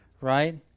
Right